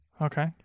Okay